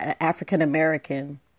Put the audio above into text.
African-American